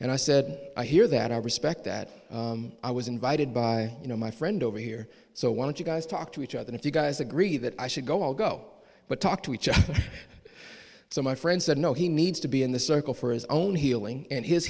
and i said i hear that i respect that i was invited by you know my friend over here so why don't you guys talk to each other if you guys agree that i should go all go but talk to each other so my friend said no he needs to be in the circle for his own healing and his